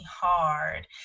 hard